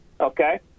Okay